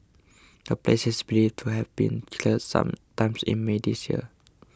the place is believed to have been cleared some time in May this year